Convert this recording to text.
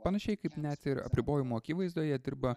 panašiai kaip net ir apribojimų akivaizdoje dirba